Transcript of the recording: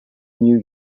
new